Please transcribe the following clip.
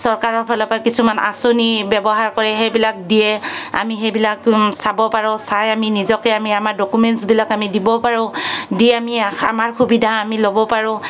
চৰকাৰৰ ফালৰপৰা কিছুমান আঁচনি ব্যৱহাৰ কৰে সেইবিলাক দিয়ে আমি সেইবিলাক চাব পাৰোঁ চাই আমি নিজকে আমি আমাৰ ডকুমেণ্টছবিলাক আমি দিব পাৰোঁ দি আমি আমাৰ সুবিধা আমি ল'ব পাৰোঁ